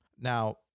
now